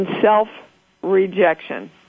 self-rejection